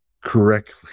correctly